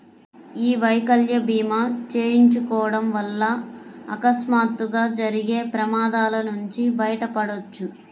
యీ వైకల్య భీమా చేయించుకోడం వల్ల అకస్మాత్తుగా జరిగే ప్రమాదాల నుంచి బయటపడొచ్చు